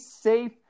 safe